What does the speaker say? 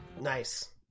nice